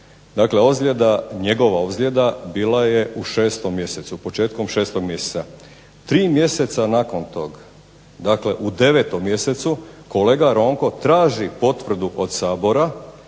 ozljeda, njegova ozljeda, bila je u 6. mjesecu, početkom 6. mjeseca. Tri mjeseca nakon tog, dakle u 9. mjesecu kolega Ronko traži potvrdu od Sabora